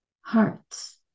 hearts